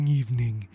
evening